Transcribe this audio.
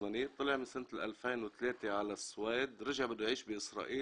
החבר אומר שיש לנו כאן לוחם צד"ל שבא עם הבן שלו לכאן,